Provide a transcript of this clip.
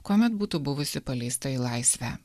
kuomet būtų buvusi paleista į laisvę